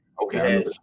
Okay